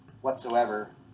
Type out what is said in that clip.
whatsoever